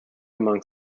among